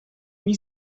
wie